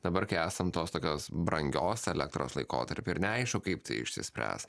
dabar kai esam tos tokios brangios elektros laikotarpy ir neaišku kaip tai išsispręs